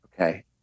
Okay